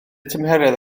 tymheredd